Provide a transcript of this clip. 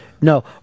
No